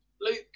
Luke